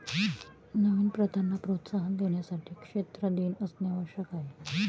नवीन प्रथांना प्रोत्साहन देण्यासाठी क्षेत्र दिन असणे आवश्यक आहे